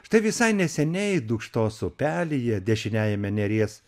štai visai neseniai dūkštos upelyje dešiniajame neries